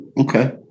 Okay